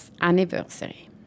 anniversary